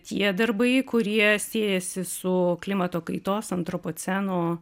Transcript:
tie darbai kurie siejasi su klimato kaitos antropoceno